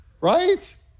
Right